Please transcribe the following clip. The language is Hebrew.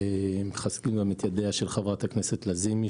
אנו מחזקים גם את ידיה של חברת הכנסת לזימי